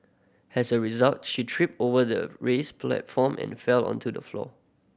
has a result she tripped over the raised platform and fell onto the floor